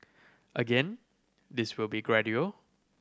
again this will be gradual